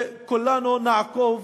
וכולנו נעקוב